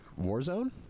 Warzone